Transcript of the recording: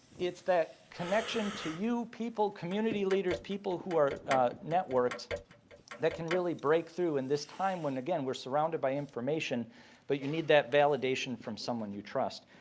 it's that connection to you, people, community leaders, people who are networked that can really break through in this time when again we are surrounded by information but you need that validation from someone you trust.